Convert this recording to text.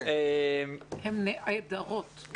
נעדרות...